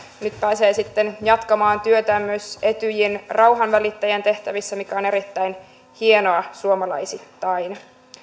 nyt pääsee sitten jatkamaan työtään myös etyjin rauhanvälittäjän tehtävissä mikä on erittäin hienoa suomalaisittain